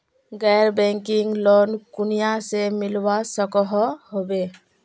गैर banking loan कुनियाँ से मिलवा सकोहो होबे?